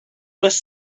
was